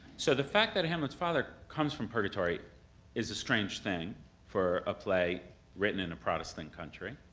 so the fact that hamlet's father comes from purgatory is a strange thing for a play written in a protestant country.